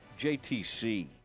JTC